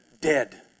dead